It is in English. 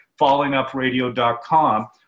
fallingupradio.com